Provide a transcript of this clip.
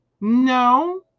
no